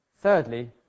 thirdly